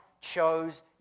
chose